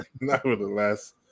nevertheless –